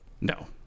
No